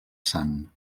sant